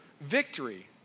victory